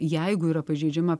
jeigu yra pažeidžiama